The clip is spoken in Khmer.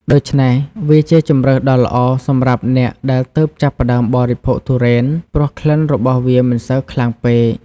ដូច្នេះវាជាជម្រើសដ៏ល្អសម្រាប់អ្នកដែលទើបចាប់ផ្ដើមបរិភោគទុរេនព្រោះក្លិនរបស់វាមិនសូវខ្លាំងពេក។